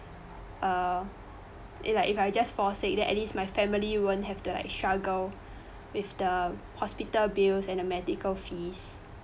uh it like if I just fall sick then at least my family won't have to like struggle with the hospital bills and the medical fees